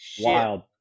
Wild